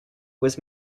was